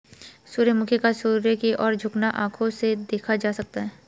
सूर्यमुखी का सूर्य की ओर झुकना आंखों से देखा जा सकता है